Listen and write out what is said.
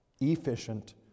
efficient